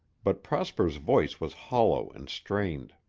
but prosper's voice was hollow and strained.